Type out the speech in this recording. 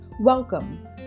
Welcome